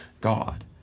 God